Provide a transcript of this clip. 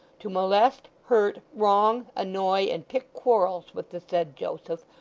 to molest, hurt, wrong, annoy, and pick quarrels with the said joseph,